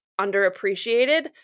underappreciated